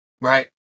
right